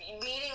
meeting